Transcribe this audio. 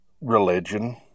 Religion